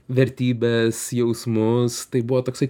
vertybes jausmus tai buvo toksai